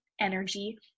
energy